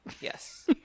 Yes